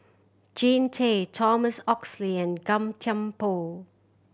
Jean Tay Thomas Oxley and Gan Thiam Poh